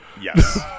Yes